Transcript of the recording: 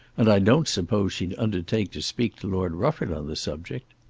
and i don't suppose she'd undertake to speak to lord rufford on the subject.